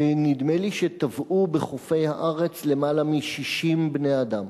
נדמה לי שטבעו בחופי הארץ למעלה מ-60 בני-אדם.